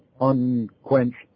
unquenched